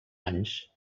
anys